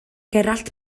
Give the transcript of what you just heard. gerallt